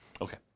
Okay